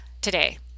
today